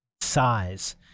size